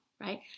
right